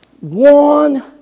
One